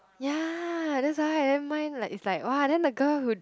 ya that's why then mine is like !wah! then the girl who